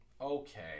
okay